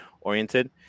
oriented